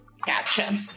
Gotcha